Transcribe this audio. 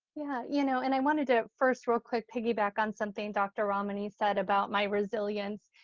yeah. you know and i wanted to first real quick piggyback on something dr. ramani said about my resilience.